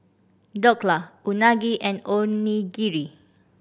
Dhokla Unagi and Onigiri